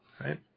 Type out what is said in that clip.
Right